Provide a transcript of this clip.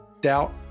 doubt